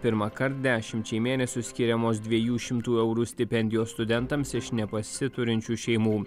pirmąkart dešimčiai mėnesių skiriamos dviejų šimtų eurų stipendijos studentams iš nepasiturinčių šeimų